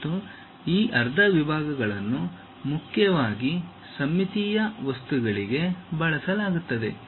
ಮತ್ತು ಈ ಅರ್ಧ ವಿಭಾಗಗಳನ್ನು ಮುಖ್ಯವಾಗಿ ಸಮ್ಮಿತೀಯ ವಸ್ತುಗಳಿಗೆ ಬಳಸಲಾಗುತ್ತದೆ